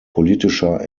politischer